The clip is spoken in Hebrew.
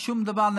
שום דבר,